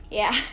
ya